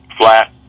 Flat